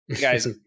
Guys